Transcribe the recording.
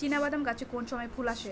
চিনাবাদাম গাছে কোন সময়ে ফুল আসে?